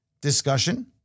discussion